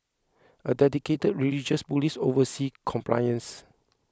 a dedicated religious police oversee compliance